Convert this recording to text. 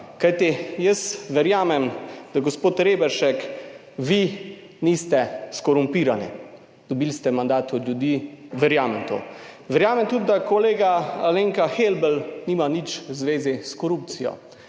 kajti jaz verjamem, da gospod Reberšek, vi niste skorumpirani, dobili ste mandat od ljudi, verjamem v to. Verjamem tudi, da kolega, Alenka Helbl nima nič v zvezi s korupcijo.